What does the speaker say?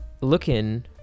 looking